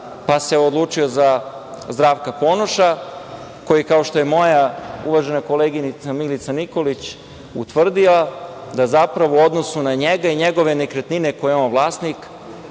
pa se odlučio za Zdravka Ponoša, koji, kao što je moja uvažena koleginica Milica Nikolić utvrdila, zapravo u odnosu na njega i njegove nekretnine kojih je on vlasnik,